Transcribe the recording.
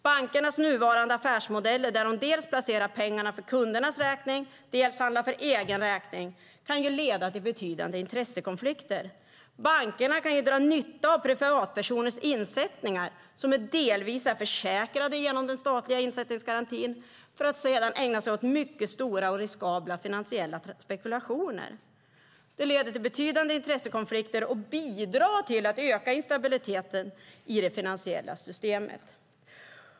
Bankernas nuvarande affärsmodeller, där de dels placerar pengarna för kundernas räkning, dels handlar för egen räkning, kan leda till betydande intressekonflikter. Bankerna kan dra nytta av privatpersoners insättningar, som delvis är försäkrade genom den statliga insättningsgarantin, för att sedan ägna sig åt mycket stora och riskabla finansiella spekulationer. Det leder till betydande intressekonflikter och bidrar till att öka instabiliteten i det finansiella systemet.